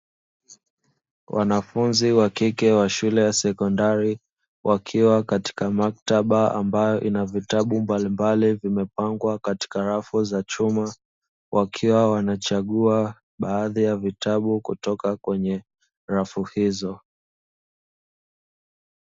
Wanafunzi wa kike wa shule ya sekondari, wakiwa katika maktaba ambayo ina vitabu mbalimbali vimepangwa katika rafu za chuma, wakiwa wanachagua baadhi ya vitabu kutoka kwenye rafu hizo.